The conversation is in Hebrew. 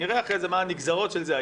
נראה אחרי כן מה הנגזרות של זה,